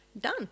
done